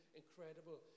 incredible